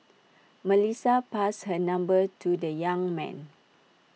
Melissa passed her number to the young man